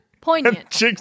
Poignant